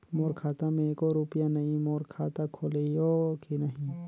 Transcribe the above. मोर खाता मे एको रुपिया नइ, मोर खाता खोलिहो की नहीं?